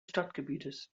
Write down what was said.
stadtgebiets